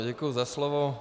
Děkuji za slovo.